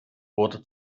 wurde